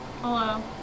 Hello